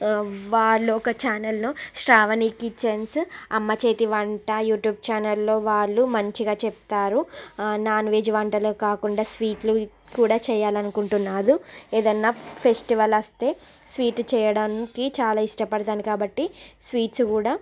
వాళ్ళు ఒక ఛానల్ను శ్రావణి కిచెన్స్ అమ్మ చేతి వంట యూట్యూబ్ ఛానల్లో వాళ్ళు మంచిగా చెప్తారు నాన్ వెజ్ వంటలే కాకుండా స్వీట్లు కూడా చెయ్యాలని అనుకుంటున్నాను ఏదైనా ఫెస్టివల్ వస్తే స్వీట్ చెయ్యాడానికి చాలా ఇష్టపడుతాను కాబట్టి స్వీట్స్ కూడా